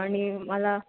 आणि मला